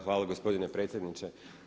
Hvala gospodine predsjedniče.